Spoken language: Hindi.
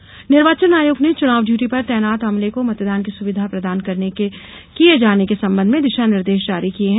डाक मत पत्र निर्वाचन आयोग ने चुनाव ड्यूटी पर तैनात अमले को मतदान की सुविधा प्रदान किये जाने के संबंध में दिशा निर्देश जारी किये हैं